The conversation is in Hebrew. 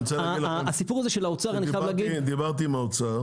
אני רוצה להגיד לך שאני דיברתי עם האוצר.